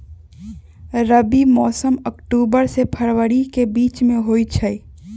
रबी मौसम अक्टूबर से फ़रवरी के बीच में होई छई